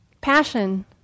passion